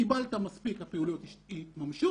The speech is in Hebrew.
קיבלת מספיק , הפעילויות יתממשו.